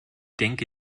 denke